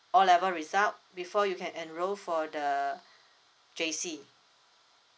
O level result before you can enrol for the J_C